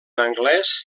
anglès